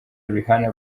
rihanna